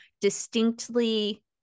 distinctly